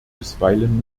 bisweilen